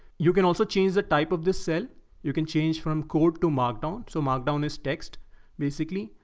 you can also change the type of the cell you can change from code to markdown. so markdown is text basically.